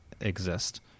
exist